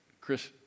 Chris